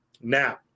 Now